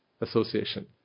association